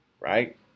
right